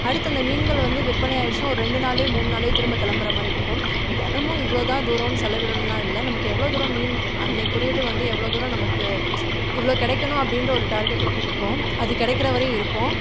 அடுத்து அந்த மீன்கள் வந்து விற்பனை ஆகிடுச்சுனா ஒரு ரெண்டு நாளிலையோ மூன்று நாளிலையோ திரும்ப கிளம்புற மாதிரி இருக்கும் தினமும் இவ்வளோதான் துரோம்னு செலவிடணுன்னெலாம் இல்லை நமக்கு எவ்வளோ தூரம் மீன் அன்றைக்குரியது வந்து எவ்வளோ தூரம் நமக்கு இவ்வளோ கிடைக்கணும் அப்படின்ற ஒரு டார்கெட்ல போயிருப்போம் அது கிடைக்கிற வரையும் இருப்போம்